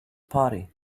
party